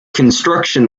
construction